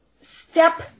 step